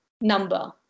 number